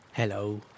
Hello